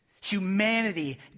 Humanity